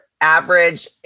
average